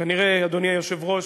כנראה, אדוני היושב-ראש,